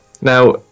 Now